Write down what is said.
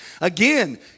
Again